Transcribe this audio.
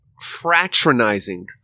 fraternizing